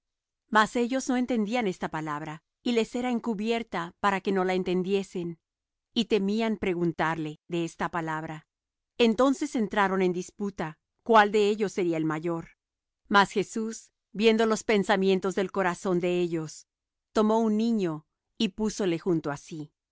mas ellos no entendían esta palabra y les era encubierta para que no la entendiesen y temían preguntarle de esta palabra entonces entraron en disputa cuál de ellos sería el mayor mas jesús viendo los pensamientos del corazón de ellos tomó un niño y púsole junto á sí